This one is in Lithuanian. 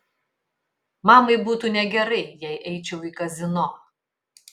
mamai būtų negerai jei eičiau į kazino